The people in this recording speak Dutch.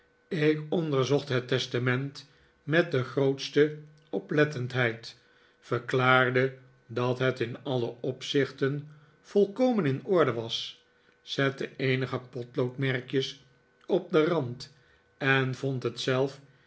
ik onderzocht het testament met de grootste oplettendheid verklaarde dat het in alle opzichten volkomen in orde was zette eenige potloodmerkjes op den rand en vond het zelf